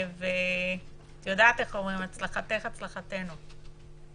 הצלחתך הצלחתנו.